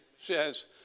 says